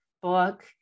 book